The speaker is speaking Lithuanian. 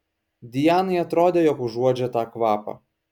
dianai atrodė jog užuodžia tą kvapą